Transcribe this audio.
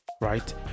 right